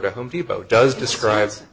to home depot does describe